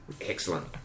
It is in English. Excellent